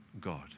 God